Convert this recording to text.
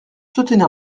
soutenir